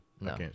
No